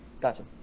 Gotcha